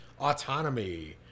autonomy